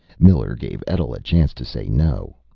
miller gave etl a chance to say no.